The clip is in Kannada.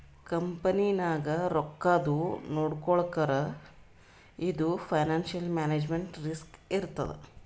ಕಂಪನಿನಾಗ್ ರೊಕ್ಕಾದು ನೊಡ್ಕೊಳಕ್ ಇದು ಫೈನಾನ್ಸಿಯಲ್ ಮ್ಯಾನೇಜ್ಮೆಂಟ್ ರಿಸ್ಕ್ ಇರ್ತದ್